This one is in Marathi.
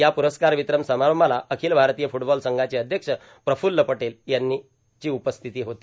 या प्रस्कार्रावतरण समारंभाला अखील भारतीय फूटबॉल संघाचे अध्यक्ष प्रफूल पटेल यांनी उपस्थित होते